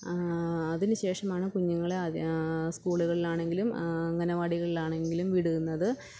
അതിനുശേഷമാണ് കുഞ്ഞുങ്ങളെ അത് സ്കൂളുകളിൽ ആണെങ്കിലും അംഗനവാടികളിൽ ആണെങ്കിലും വിടുന്നത്